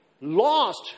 lost